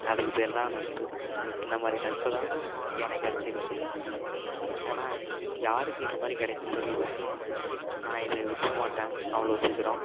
அதுக்கு பேர்தான் நட்பு அந்தமாதிரி நட்புதான் எனக்கு கிடைச்சிருக்கு ஆனால் யாருக்கு இந்தமாதிரி கிடைக்கும்னு தெரியலை நான் இதை விட்டுறமாட்டேன் அவ்வளோ சீக்கிரம்